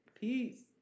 Peace